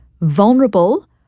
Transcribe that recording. vulnerable